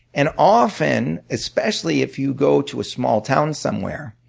and often, especially if you go to a small town somewhere,